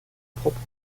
propres